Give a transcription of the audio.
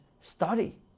study